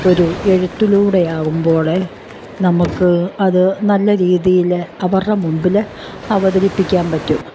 ഒരു എഴുത്തലൂടെയാകുമ്പോൾ നമുക്ക് അത് നല്ല രീതിയിൽ അവരുടെ മുമ്പിൽ അവതരിപ്പിക്കാൻ പറ്റും